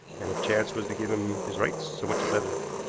and if chance was to give him his rights so much the better.